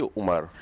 Umar